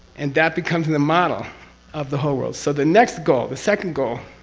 and that becomes and the model of the whole world. so, the next goal, the second goal